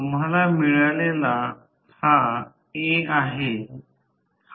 तर आम्ही त्यास KVA मध्ये रूपांतरित केले आणि ते भाराच्या 2 पैशांवर अवलंबून आहे